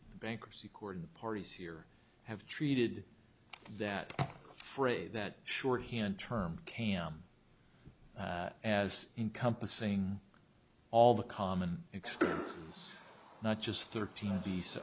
bankruptcy court parties here have treated that phrase that shorthand term k m as encompassing all the common experience not just thirteen of these